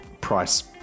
Price